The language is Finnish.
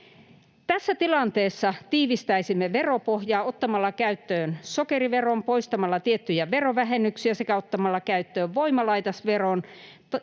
Tässä tilanteessa tiivistäisimme veropohjaa ottamalla käyttöön sokeriveron, poistamalla tiettyjä verovähennyksiä sekä ottamalla käyttöön voimalaitosveron